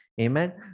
Amen